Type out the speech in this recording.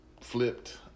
flipped